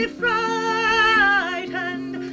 frightened